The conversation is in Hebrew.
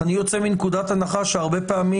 ובתוספת השלישית טור א' מדבר על החוקים והמרשמים,